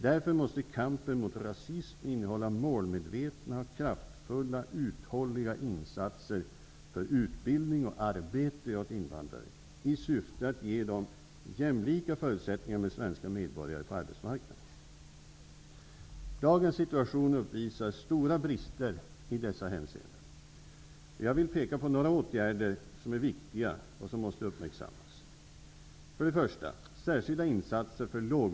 Därför måste kampen mot rasism innehålla målmedvetna, kraftfulla, uthålliga insatser för utbildning och arbete åt invandrare i syfte att ge dem jämlika förutsättningar i förhållande till svenska medborgare på arbetsmarknaden. Dagens situation uppvisar stora brister i dessa hänseenden. Jag vill peka på några åtgärder som är viktiga och som måste uppmärksammas.